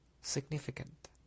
significant